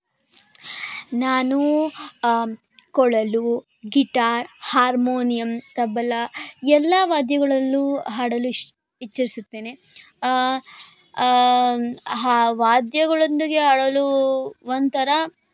ನಾನು ಕೊಳಲು guitar harmonium tabla ಎಲ್ಲ ವಾದ್ಯಗಳಲ್ಲು ಹಾಡಲು ಇಷ್ ಇಚ್ಛಿಸುತ್ತೇನೆ ವಾದ್ಯಗಳೊಂದಿಗೆ ಆಡಲು ಒಂಥರ